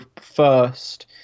first